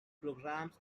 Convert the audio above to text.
programs